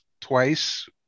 twice